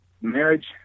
marriage